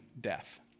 death